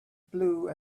blue